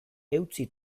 eutsi